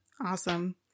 Awesome